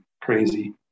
crazy